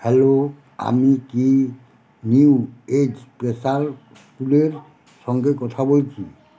hello আমি কি new age special স্কুলের সঙ্গে কথা বলছি